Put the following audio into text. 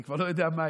אני כבר לא יודע מהי,